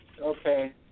Okay